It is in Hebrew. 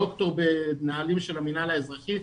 ד"ר בנהלים של המנהל האזרחי.